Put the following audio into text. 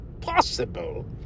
possible